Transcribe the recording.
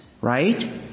right